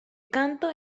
canto